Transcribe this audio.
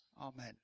Amen